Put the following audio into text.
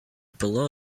below